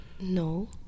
No